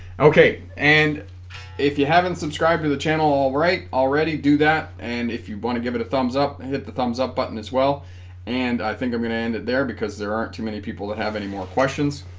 okay and if you haven't subscribed to the channel all right already do that and if you want to give it a thumbs up and hit the thumbs up button as well and i think i'm going to end it there because there aren't too many people that have any more questions